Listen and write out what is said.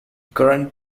current